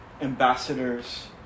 ambassadors